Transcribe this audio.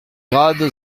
grads